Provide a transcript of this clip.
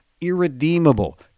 irredeemable